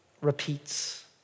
repeats